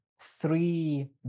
three